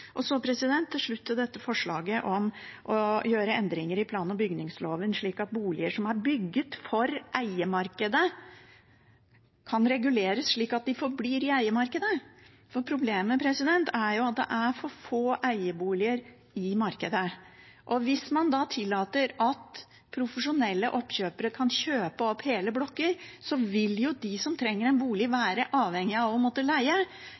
Til slutt til dette forslaget om å gjøre endringer i plan- og bygningsloven, slik at boliger som er bygget for eiemarkedet, kan reguleres slik at de forblir i eiemarkedet. Problemet er at det er for få eieboliger i markedet. Hvis man da tillater at profesjonelle oppkjøpere kan kjøpe opp hele blokker, vil de som trenger en bolig, være avhengig av å måtte leie